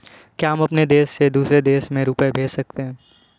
क्या हम अपने देश से दूसरे देश में रुपये भेज सकते हैं?